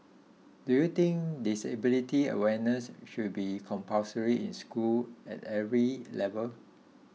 do you think disability awareness should be compulsory in schools at every level